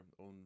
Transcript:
own